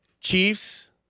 Chiefs